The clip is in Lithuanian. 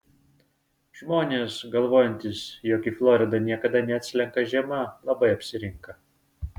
žmonės galvojantys jog į floridą niekada neatslenka žiema labai apsirinka